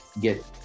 get